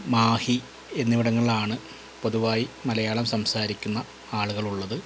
മാഹി എന്നിവിടങ്ങളിലാണ് പൊതുവായി മലയാളം സംസാരിക്കുന്ന ആളുകളുള്ളത്